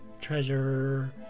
treasure